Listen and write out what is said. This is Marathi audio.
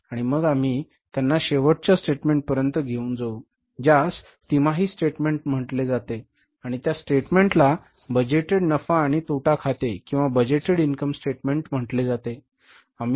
आणि मग आम्ही त्यांना शेवटच्या स्टेटमेंटपर्यंत घेऊन जाऊ ज्यास तिमाही स्टेटमेंट म्हटले जाते आणि त्या स्टेटमेंटला बजेटेड नफा आणि तोटा खाते किंवा बजेटेड इन्कम स्टेटमेंट म्हटले जाते बरोबर